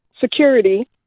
security